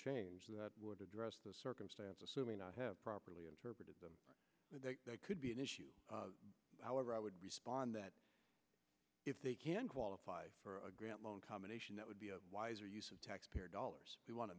changes that would address those circumstances assuming i have properly interpreted them that could be an issue however i would respond that if they can qualify for a grant loan combination that would be a wiser use of taxpayer dollars we want to